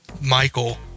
Michael